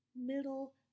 middle